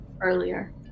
earlier